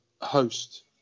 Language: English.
Host